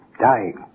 dying